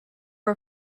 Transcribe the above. are